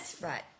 Right